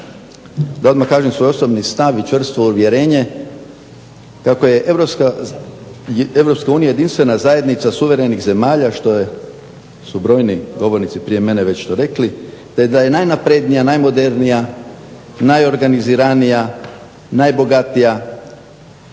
Da odmah kažem svoj osobni stav i čvrsto uvjerenje, kako je EU jedinstvena zajednica suverenih zemalja što su brojni govornici prije mene rekli te da je najnaprednija, najmodernija, najorganiziranija, najbogatija,